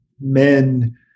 men